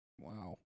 Wow